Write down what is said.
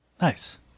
Nice